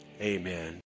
amen